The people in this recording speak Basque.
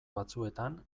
batzuetan